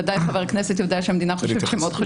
ודאי חבר הכנסת יודע שהמדינה חושבת שהן מאוד חשובות.